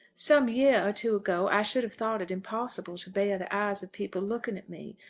some year or two ago i should have thought it impossible to bear the eyes of people looking at me,